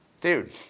dude